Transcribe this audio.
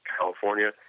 California